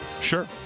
Sure